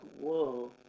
whoa